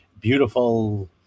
beautiful